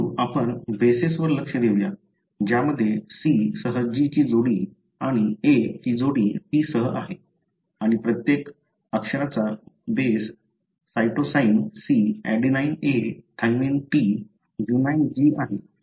परंतु आपण बेसेसवर लक्ष देऊ या ज्यामध्ये C सह G ची जोडी आणि A ची जोडी T सह आहे आणि प्रत्येक अक्षराचा base cytosine adenine thymine guanine आहे